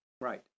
Right